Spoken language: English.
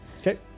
okay